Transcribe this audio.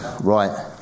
Right